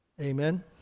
Amen